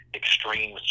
extreme